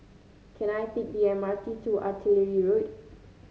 can I take the M R T to Artillery Road